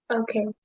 Okay